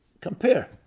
Compare